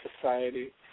Society